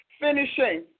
finishing